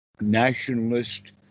nationalist